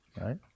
right